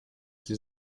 sie